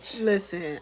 Listen